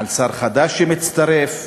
על שר חדש שמצטרף,